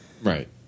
Right